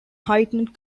heightened